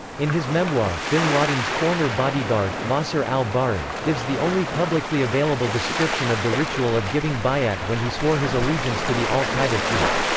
in his memoir, bin laden's former bodyguard, nasser al-bahri, gives the only publicly available description of the ritual of giving bayat when he swore his allegiance to the al-qaeda chief.